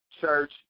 church